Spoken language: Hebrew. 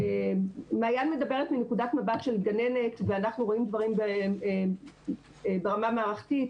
מעיין מדברת מנקודת מבט של גננת ואנחנו רואים דברים ברמה מערכתית,